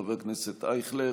חבר הכנסת אייכלר,